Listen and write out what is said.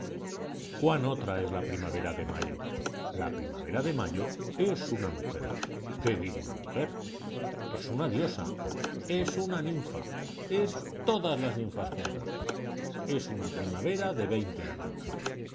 cuán otra es la primavera de mayo la primavera de mayo es una mujer qué digo una mujer es una diosa es una ninfa es todas las ninfas juntas es una primavera de veinte años